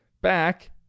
back